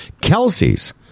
Kelsey's